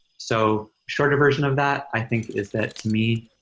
so shorter version of that, i think is that, to me,